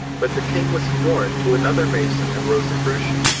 but the king was adorned to another mason and rosicrucian,